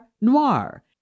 noir